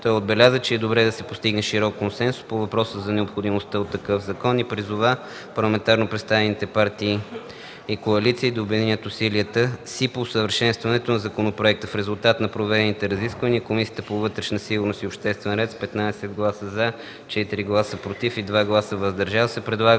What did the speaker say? Той отбеляза, че е добре да се постигне широк консенсус по въпроса за необходимостта от такъв закон и призова парламентарно представените партии и коалиции да обединят усилията си по усъвършенстването на законопроекта. В резултат на проведените разисквания Комисията по вътрешна сигурност и обществен ред с 15 гласа „за”, 4 гласа „против” и 2 „въздържал